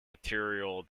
material